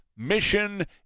mission